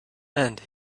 and